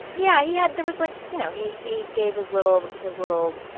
yeah. he had there was, like you know, he he gave his little his little